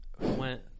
Went